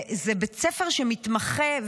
זה בית ספר שמתמחה,